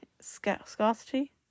scarcity